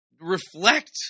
reflect